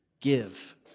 give